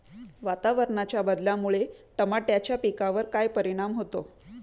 वातावरणाच्या बदलामुळे टमाट्याच्या पिकावर काय परिणाम होतो?